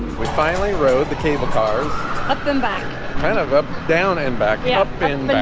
finally rode the cable cars up them back kind of up down and back yeah up and